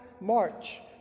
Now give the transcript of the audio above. March